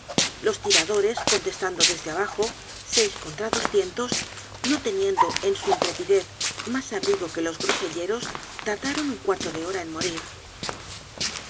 los tiradores contestando desde abajo seis contra doscientos no teniendo en su intrepidez mas abrigo que los groselleros tardaron un cuarto de hora en morir